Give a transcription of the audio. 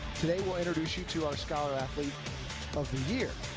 today we'll introduce you to our scholar athlete of the year.